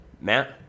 Matt